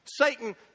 Satan